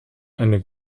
eine